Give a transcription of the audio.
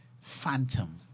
phantom